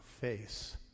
face